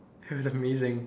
it was amazing